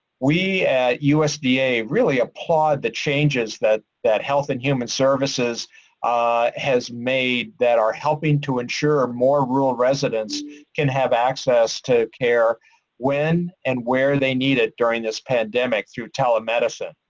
we at usda really applaud the changes that that health and human services has made that are helping to ensure more rural residents can have access to care when and where they need it during this pandemic through telemedicine.